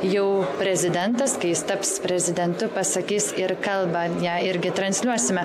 jau prezidentas kai jis taps prezidentu pasakys ir kalbą ją irgi transliuosime